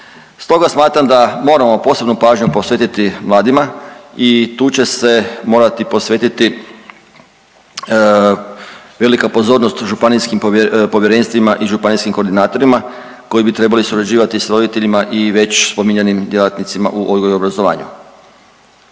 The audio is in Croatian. Stoga smatram da moramo posebnu pažnju posvetiti mladima i tu će se morati posvetiti velika pozornost županijskim povjerenstvima i županijskim koordinatorima koji bi trebali surađivati s roditeljima i već spominjanim djelatnicima u odgoju i obrazovanju.